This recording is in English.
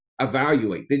evaluate